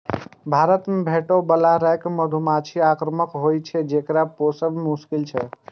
भारत मे भेटै बला रॉक मधुमाछी आक्रामक होइ छै, जेकरा पोसब मोश्किल छै